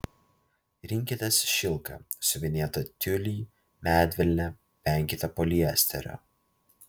rinkitės šilką siuvinėtą tiulį medvilnę venkite poliesterio